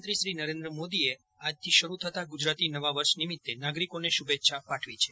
પ્રધાનમંત્રી નરેન્દ્ર મોદીએ આજથી શરૂ થતાં ગુજરાતી નવા વર્ષ નિમિતે નાગરિકોને શુભેચ્છા પાઠવી છે